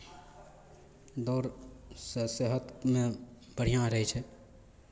दौड़सँ सेहतमे बढ़िआँ रहै छै